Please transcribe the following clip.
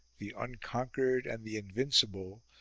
the uncon quered and the invincible,